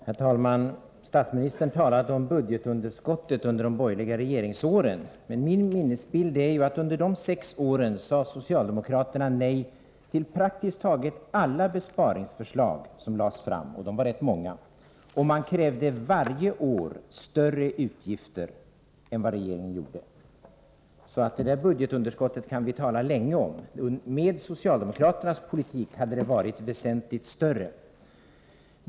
Herr talman! Statsministern talade om budgetunderskottet under de borgerliga regeringsåren. Min minnesbild är att socialdemokraterna under dessa sex år sade nej till praktiskt taget alla besparingsförslag som lades fram, och de var ganska många. Varje år krävde socialdemokraterna större utgifter än vad regeringen föreslog. Det där budgetunderskottet kan vi alltså tala länge om. Med socialdemokraternas politik hade det varit väsentligt större.